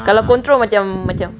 kalau control macam macam